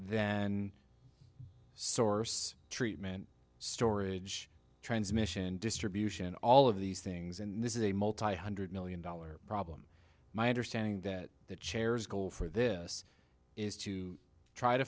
then source treatment storage transmission and distribution all of these things and this is a multi hundred million dollar problem my understanding that the chairs go for this is to try to